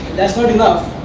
that's not enough,